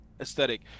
aesthetic